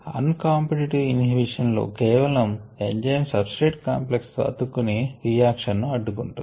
అన్ competitive inhibition లో కేవలం enzyme substrate complex తో అతుక్కుని రియాక్షన్ ను అడ్డుకుంటుంది